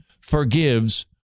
forgives